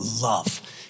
love